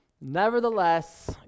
Nevertheless